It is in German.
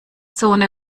zone